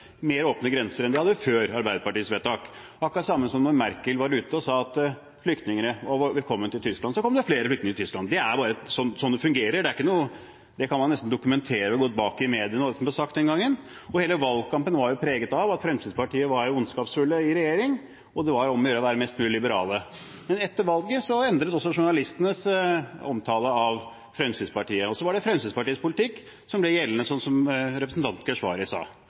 mer åpne grenser enn de hadde før Arbeiderpartiets vedtak – akkurat det samme som da Merkel var ute og sa at flyktninger var velkommen til Tyskland. Da kom det flere flyktninger til Tyskland. Det er bare sånn det fungerer, det kan man nesten dokumentere – man kan gå tilbake til det som ble sagt i mediene den gangen. Hele valgkampen var jo preget av at Fremskrittspartiet var ondskapsfulle i regjering, og det var om å gjøre å være mest mulig liberale. Men etter valget endret også journalistene sin omtale av Fremskrittspartiet, og så var det Fremskrittspartiets politikk som ble gjeldende, sånn som representanten Keshvari sa.